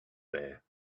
there